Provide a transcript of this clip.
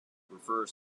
refers